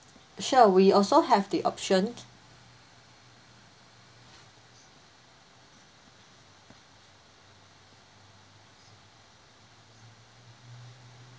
sure we also have the option